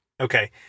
Okay